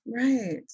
Right